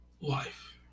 life